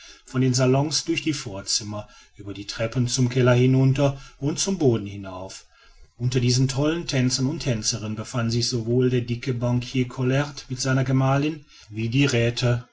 von den salons durch die vorzimmer über die treppen zum keller hinunter und zum boden hinauf unter diesen tollen tänzern und tänzerinnen befanden sich sowohl der dicke banquier collaert mit seiner gemahlin wie die räthe